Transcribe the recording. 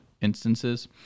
instances